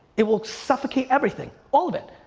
it will suffocate everything, all of it.